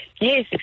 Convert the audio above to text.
yes